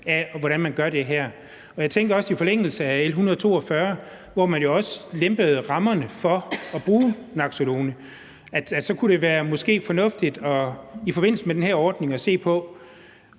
om, hvordan man gør det her. Jeg tænker også, at det i forlængelse af L 142, hvor man lempede rammerne for at bruge naloxon, måske kunne være fornuftigt i forbindelse med den her ordning at se på,